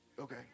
Okay